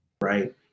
right